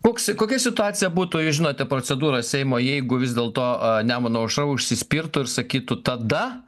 koks kokia situacija būtų jūs žinote procedūrą seimo jeigu vis dėlto nemuno aušra užsispirtų ir sakytų tada